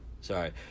sorry